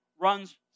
runs